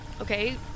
Okay